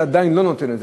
עדיין לא נותן את זה.